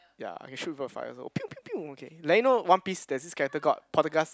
ya I can shoot people with fire also !pew pew pew! okay like you know one piece there's this character called